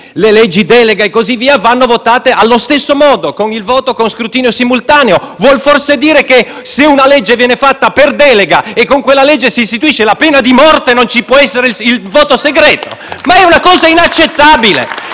le leggi delega, vanno votate allo stesso modo, cioè con scrutinio simultaneo: vuol forse dire che se una legge viene fatta per delega e con quella legge si istituisce la pena di morte non ci può essere il voto segreto? È una cosa inaccettabile!